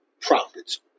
profits